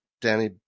danny